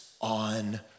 on